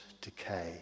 decay